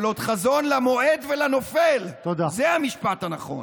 אבל עוד חזון למועד ולנופל, זה המשפט הנכון.